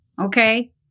Okay